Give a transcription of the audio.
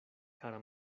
kara